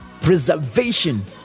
Preservation